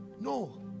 No